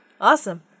awesome